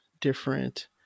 different